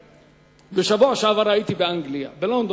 בשבוע שעבר הייתי בפרלמנט בלונדון.